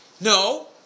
no